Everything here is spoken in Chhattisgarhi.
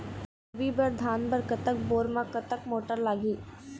रबी बर धान बर कतक बोर म कतक मोटर लागिही?